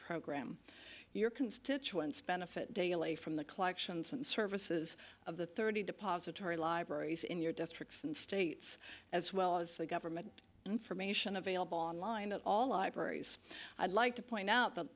program your constituents benefit daily from the collections and services of the thirty depository libraries in your districts and states as well as the government information available online at all libraries i'd like to point out